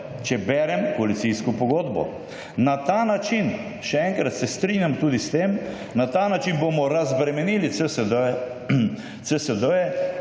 če berem koalicijsko pogodbo. Na ta način, še enkrat, se strinjam tudi s tem, na ta način bomo razbremenili CDS-je